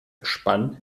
gespann